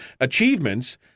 achievements